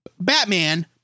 Batman